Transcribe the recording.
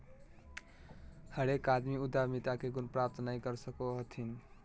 हरेक आदमी उद्यमिता के गुण प्राप्त नय कर सको हथिन